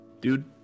dude